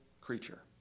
creature